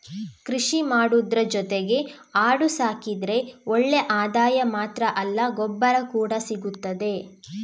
ಕೃಷಿ ಮಾಡುದ್ರ ಜೊತೆಗೆ ಆಡು ಸಾಕಿದ್ರೆ ಒಳ್ಳೆ ಆದಾಯ ಮಾತ್ರ ಅಲ್ಲ ಗೊಬ್ಬರ ಕೂಡಾ ಸಿಗ್ತದೆ